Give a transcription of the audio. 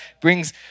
brings